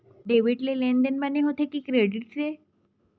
Debit से लेनदेन बने होथे कि क्रेडिट से?